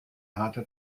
harte